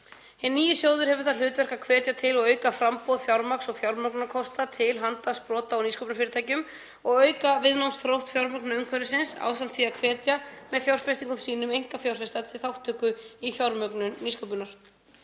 nýi sjóður hefur það hlutverk að hvetja til og auka framboð fjármagns og fjármögnunarkosta til handa sprota- og nýsköpunarfyrirtækjum og auka viðnámsþrótt fjármögnunarumhverfisins ásamt því að hvetja með fjárfestingum sínum einkafjárfesta til þátttöku í fjármögnun nýsköpunar.